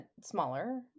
smaller